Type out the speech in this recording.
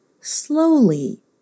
Slowly